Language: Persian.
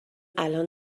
الان